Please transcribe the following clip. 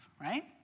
right